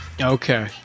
Okay